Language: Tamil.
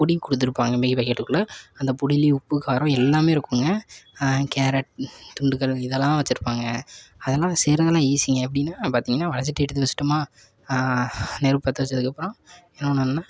பொடிக் கொடுத்துருப்பாங்க மேகி பாக்கிட்டு குள்ளே அந்த பொடியிலேயே உப்பு காரம் எல்லாமே இருக்குதுங்க கேரட் துண்டுகள் இதெல்லாம் வெச்சுருப்பாங்க அதெல்லாம் செய்கிறதெல்லாம் ஈஸிங்க எப்படின்னா பார்த்தீங்கன்னா வடைசட்டி எடுத்து வெச்சுட்டமா நெருப்பு பற்ற வெச்சதுக்கப்புறம் என்ன பண்ணணுன்னால்